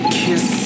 kiss